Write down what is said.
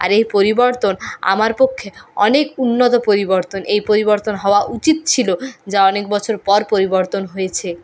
আর এই পরিবর্তন আমার পক্ষে অনেক উন্নত পরিবর্তন এই পরিবর্তন হওয়া উচিত ছিলো যা অনেক বছর পর পরিবর্তন হয়েছে